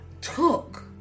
took